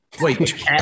Wait